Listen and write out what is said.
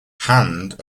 hand